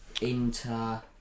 Inter